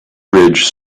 ridge